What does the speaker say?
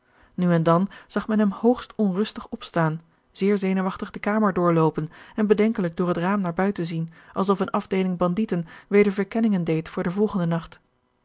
nu en dan zag men hem hoogst onrustig opstaan zeer zenuwachtig de kamer doorloopen en bedenkelijk door het raam naar buiten zien alsof eene afdeeling bandieten weder verkenningen deed voor den volgenden nacht